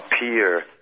appear